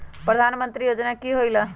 प्रधान मंत्री योजना कि होईला?